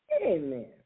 Amen